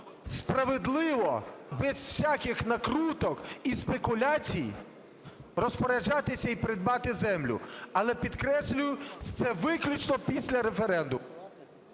справедливо без усяких накруток і спекуляцій розпоряджатися і придбати землю. Але, підкреслюю, це виключно після референдуму.